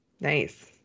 Nice